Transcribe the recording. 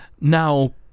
Now